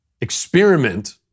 experiment